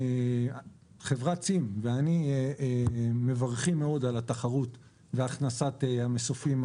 חברת צים ואני מברכים מאוד על התחרות והכנסת המסופים,